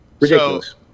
Ridiculous